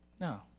No